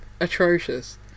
atrocious